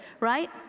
right